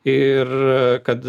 ir kad